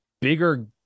bigger